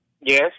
Yes